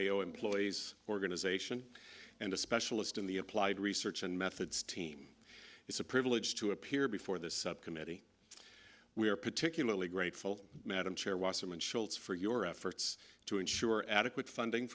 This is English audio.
a o employees organization and a specialist in the applied research and methods team it's a privilege to appear before the subcommittee we are particularly grateful madam chair wasserman schultz for your efforts to ensure adequate funding